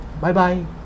bye-bye